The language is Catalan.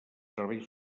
serveis